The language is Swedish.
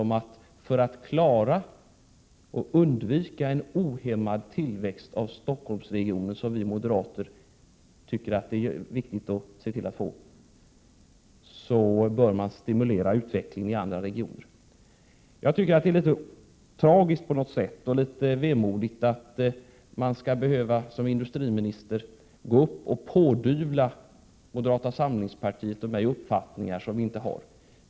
För att just klara av att undvika en ohämmad tillväxt i Stockholmsregionen, vilket vi moderater anser vara viktigt, handlar det ju om att stimulera utvecklingen i andra regioner. Det är enligt min uppfattning på något sätt litet tragiskt och vemodigt att man som industriminister skall behöva gå upp i debatten och pådyvla moderata samlingspartiet och mig uppfattningar som vi inte har.